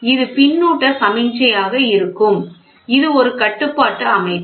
இது பின்னூட்ட சமிக்ஞையாக இருக்கும் இது ஒரு கட்டுப்பாட்டு அமைப்பு